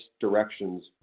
directions